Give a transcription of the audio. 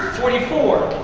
forty four.